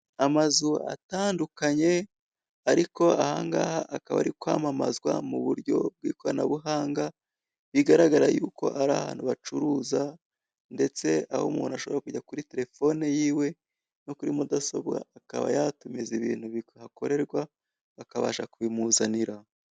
Amazu atandukanye ariko ahangaha akaba ari kwamamazwa mu buryo bw'ikoranabuhanga, bigaragara yuko ari ahantu bacuruza ndetse aho umuntu ashobora kujya kuri telefone yiwe no kuri mudasobwa akaba yatumiza ibintu bihakorerwa bakabasha kubimuzanira.